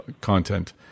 content